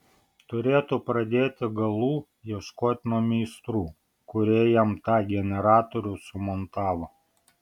turėtų pradėti galų ieškoti nuo meistrų kurie jam tą generatorių sumontavo